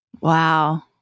Wow